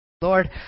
Lord